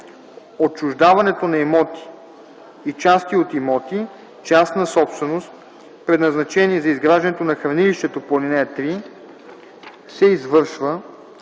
Отчуждаването на имоти и части от имоти - частна собственост, предназначени за изграждане на хранилището по ал. 3, се извършва